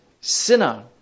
sinner